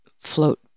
float